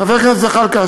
חבר הכנסת זחאלקה,